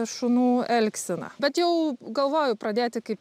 šunų elgseną bet jau galvoju pradėti kaip